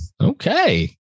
Okay